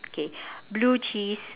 okay blue cheese